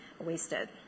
wasted